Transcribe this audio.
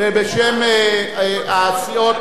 בשם סיעות